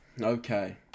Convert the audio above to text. Okay